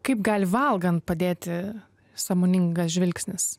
kaip gali valgant padėti sąmoningas žvilgsnis